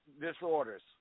disorders